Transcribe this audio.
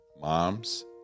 moms